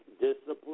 discipline